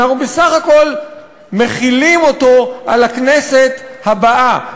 אנחנו בסך הכול מחילים אותו על הכנסת הבאה,